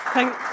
Thank